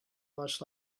watch